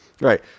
right